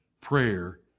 prayer